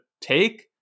take